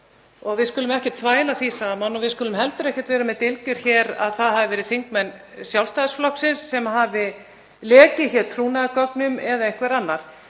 og við skulum ekki þvæla þeim saman. Við skulum heldur ekkert vera með dylgjur um að það hafi verið þingmenn Sjálfstæðisflokksins sem hafi lekið hér trúnaðargögnum eða einhver annar.